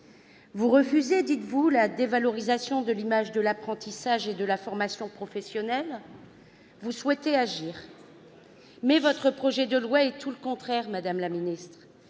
du moins le dites-vous -la dévalorisation de l'image de l'apprentissage et de la formation professionnelle, et vous souhaitez agir. Mais votre projet de loi fait tout le contraire. Vous avez